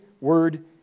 word